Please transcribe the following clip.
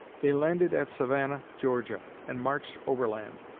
they landed at savannah, georgia, and marched overland.